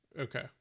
Okay